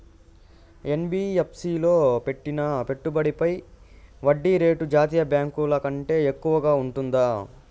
NBFC లో పెట్టిన పెట్టుబడి పై వడ్డీ రేటు జాతీయ బ్యాంకు ల కంటే ఎక్కువగా ఉంటుందా?